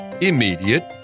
immediate